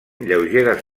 lleugeres